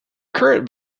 current